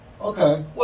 okay